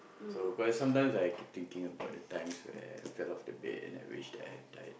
so quite sometimes I keep thinking about the times where I fell off the bed and I wish that I have died